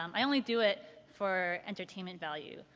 um i only do it for entertainment value.